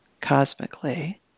cosmically